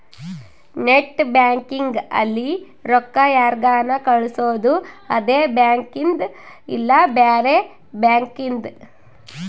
net banking ಅಲ್ಲಿ ರೊಕ್ಕ ಯಾರ್ಗನ ಕಳ್ಸೊದು ಅದೆ ಬ್ಯಾಂಕಿಂದ್ ಇಲ್ಲ ಬ್ಯಾರೆ ಬ್ಯಾಂಕಿಂದ್